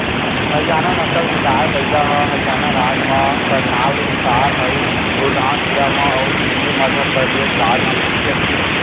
हरियाना नसल के गाय, बइला ह हरियाना राज म करनाल, हिसार अउ गुड़गॉँव जिला म अउ दिल्ली, मध्य परदेस राज म मिलथे